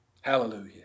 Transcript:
hallelujah